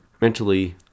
mentally